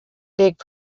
leg